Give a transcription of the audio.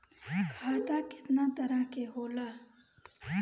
खाता केतना तरह के होला?